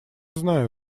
знаю